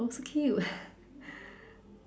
oh so cute